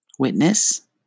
Witness